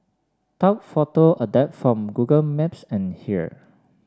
top photo adapted from Google Maps and here